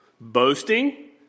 boasting